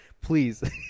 Please